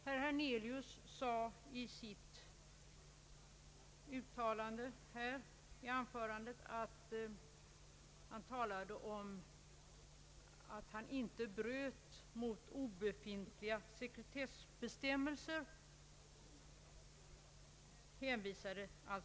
Herr Hernelius hänvisade i sitt anförande till obefintliga sekretessbestämmelser.